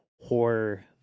horror